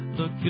Look